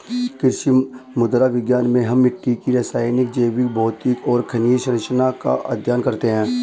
कृषि मृदा विज्ञान में हम मिट्टी की रासायनिक, जैविक, भौतिक और खनिज सरंचना का अध्ययन करते हैं